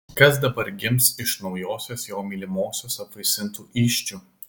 kas dabar gims iš naujosios jo mylimosios apvaisintų įsčių